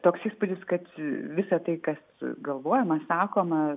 toks įspūdis kad visa tai kas galvojama sakoma